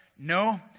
No